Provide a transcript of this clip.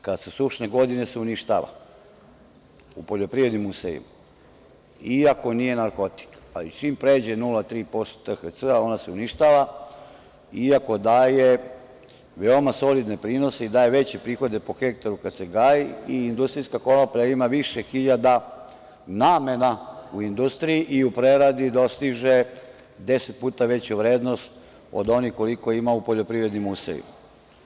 Kad su sušne godine uništava u poljoprivrednim usevima iako nije narkotik, ali čim pređe 0,3% THC-a ona se uništava iako daje veoma solidne prinose i daje veće prihode po hektaru kad se gaji i industrijska konoplja ima više hiljada namena u industriji i u preradi dostiže 10 puta veću vrednost od one koliku ima u poljoprivrednim usevima.